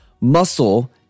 muscle